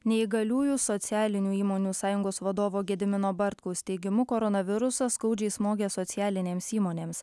neįgaliųjų socialinių įmonių sąjungos vadovo gedimino bartkaus teigimu koronavirusas skaudžiai smogė socialinėms įmonėms